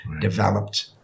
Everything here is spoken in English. developed